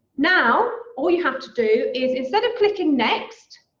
now, all you have to do is instead of clicking next,